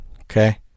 okay